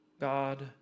God